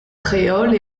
créole